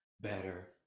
better